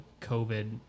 COVID